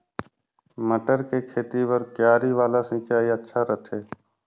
मटर के खेती बर क्यारी वाला सिंचाई अच्छा रथे?